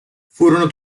furono